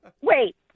Wait